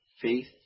Faith